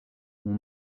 ont